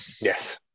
Yes